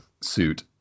suit